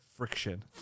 Friction